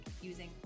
using